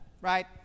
Right